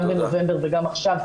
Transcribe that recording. גם בנובמבר וגם עכשיו.